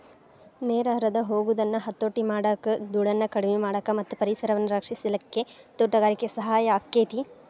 ನೇರ ಹರದ ಹೊಗುದನ್ನ ಹತೋಟಿ ಮಾಡಾಕ, ದೂಳನ್ನ ಕಡಿಮಿ ಮಾಡಾಕ ಮತ್ತ ಪರಿಸರವನ್ನ ರಕ್ಷಿಸಲಿಕ್ಕೆ ತೋಟಗಾರಿಕೆ ಸಹಾಯ ಆಕ್ಕೆತಿ